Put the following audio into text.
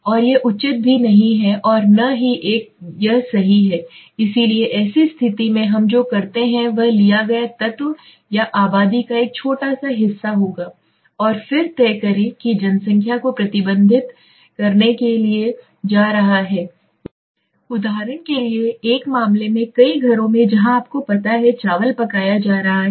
और यह उचित भी नहीं है और न ही यह सही है इसलिए ऐसी स्थिति में हम जो करते हैं वह लिया गया तत्व या आबादी का एक छोटा सा हिस्सा होगा और फिर तय करें कि जनसंख्या को प्रतिबिंबित करने के लिए जा रहा है उदाहरण के लिए एक मामले में कई घरों में जहां आप पता है चावल पकाया जा रहा है